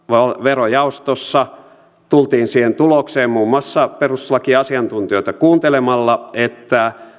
verojaostossa tultiin siihen tulokseen muun muassa perustuslakiasiantuntijoita kuulemalla että